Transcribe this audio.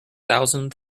thousand